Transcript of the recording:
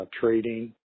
trading